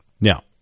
Now